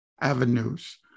avenues